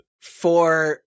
for-